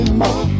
more